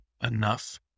enough